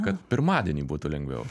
kad pirmadienį būtų lengviau